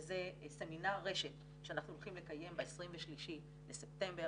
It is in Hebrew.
וזה סמינר רשת שאנחנו הולכים לקיים ב-23 בספטמבר,